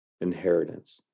inheritance